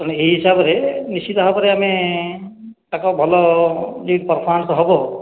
ତେଣୁ ଏଇ ହିସାବରେ ନିଶ୍ଚିନ୍ତ ଭାବରେ ଆମେ ତାଙ୍କ ଭଲ ଯେମିତି ପରଫୋରମନ୍ସ ହେବ